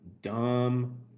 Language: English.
dumb